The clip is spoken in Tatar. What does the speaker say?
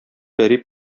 пәри